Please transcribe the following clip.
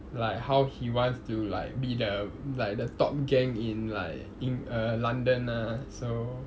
like how he wants to like be the like the top gang in like eng~ uh london ah so